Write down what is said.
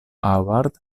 award